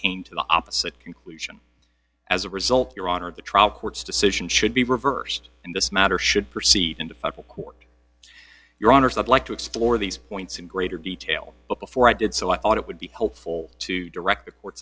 came to the opposite conclusion as a result your honor the trial court's decision should be reversed and this matter should proceed into federal court your honors i'd like to explore these points in greater detail but before i did so i thought it would be helpful to direct reports